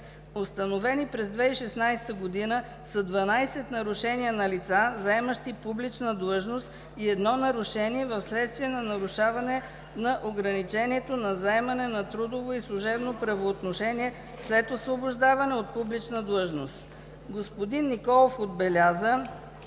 Установени през 2016 г. са 12 нарушения на лица, заемащи публична длъжност и едно нарушение, вследствие на нарушаване на ограничението за заемане на трудово и служебно правоотношение след освобождаване от публична длъжност. Господин Николов отбеляза,